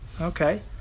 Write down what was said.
Okay